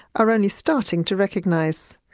are only starting to recognise.